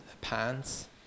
pants